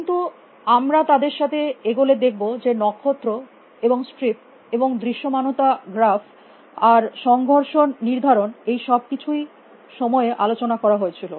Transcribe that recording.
কিন্তু আমরা তাদের সাথে এগোলে দেখব যে নক্ষত্র এবং স্ট্রিপ এবং দৃশ্যমানতা গ্রাফ আর সংঘর্ষণ নির্ধারণ এই সব কিছুই সময়ে আলোচনা করা হয়েছিল